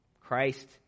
Christ